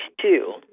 two